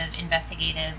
investigative